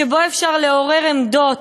שבו אפשר לעורר עמדות,